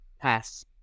pass